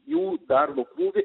jų darbo krūvį